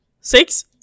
Six